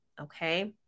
okay